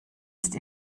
ist